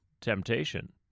temptation